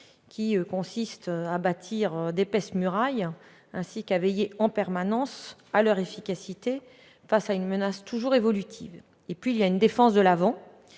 consiste à bâtir d'épaisses murailles, ainsi qu'à veiller en permanence à leur efficacité, face à une menace toujours évolutive. La fonction cyberdéfense intègre